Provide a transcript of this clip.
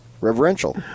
Reverential